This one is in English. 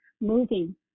moving